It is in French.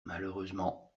malheureusement